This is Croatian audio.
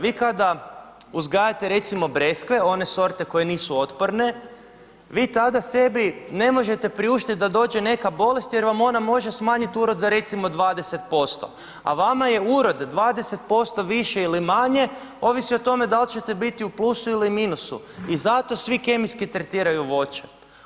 Vi kada uzgajate recimo breskve, one sorte koje nisu otporne, vi tada sebi ne možete priuštiti da dođe neka bolest jer vam ona može smanjiti urod do recimo 20% a vama je urod 20% više ili maje, ovisi o tome da li ćete biti u plusu ili minusu i zato svi kemijski tretiraju voće.